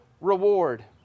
reward